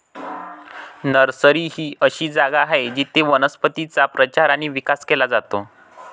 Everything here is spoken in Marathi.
नर्सरी ही अशी जागा आहे जिथे वनस्पतींचा प्रचार आणि विकास केला जातो